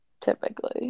Typically